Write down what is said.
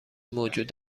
موجود